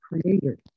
creator